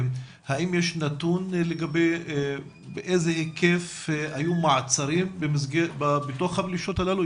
האם יש נתון לגבי באיזה היקף היו מעצרים בתוך הפלישות הללו?